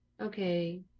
okay